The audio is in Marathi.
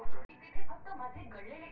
ठेवीचे प्रकार किती?